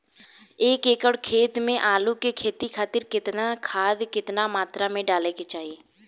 एक एकड़ खेत मे आलू के खेती खातिर केतना खाद केतना मात्रा मे डाले के चाही?